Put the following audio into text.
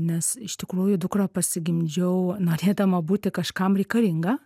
nes iš tikrųjų dukrą pasigimdžiau norėdama būti kažkam reikalinga